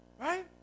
Right